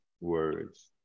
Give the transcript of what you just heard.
words